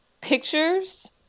pictures